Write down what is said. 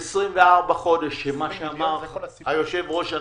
מה שאמר היושב-ראש,